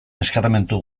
eskarmentu